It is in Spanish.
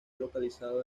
localizado